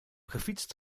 gefietst